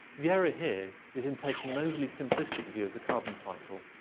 the error here is in taking an overly-simplistic view of the carbon cycle.